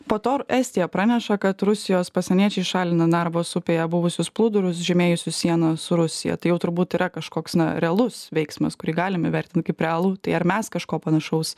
po to ir estija praneša kad rusijos pasieniečiai šalina narvos upėje buvusius plūdurus žymėjusius sieną su rusija tai jau turbūt yra kažkoks na realus veiksmas kurį galim įvertint kaip realų tai ar mes kažko panašaus